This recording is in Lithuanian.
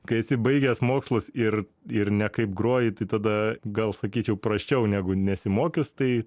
kai esi baigęs mokslus ir ir ne kaip groji tai tada gal sakyčiau prasčiau negu nesimokius tai